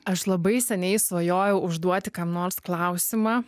aš labai seniai svajojau užduoti kam nors klausimą